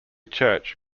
church